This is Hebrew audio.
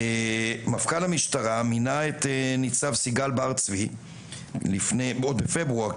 מפכ"ל המשטרה מינה את ניצב סיגל בר צבי עוד בפברואר,